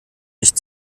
nicht